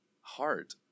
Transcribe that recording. heart